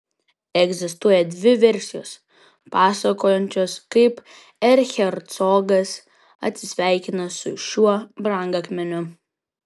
egzistuoja dvi versijos pasakojančios kaip erchercogas atsisveikino su šiuo brangakmeniu